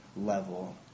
level